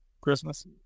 Christmas